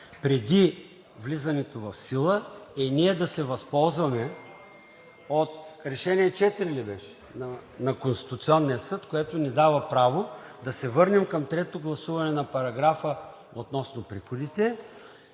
преди влизането в сила, е ние да се възползваме от Решение № 4 на Конституционния съд, което ни дава право да се върнем към третото гласуване на параграфа относно приходите,